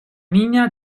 niña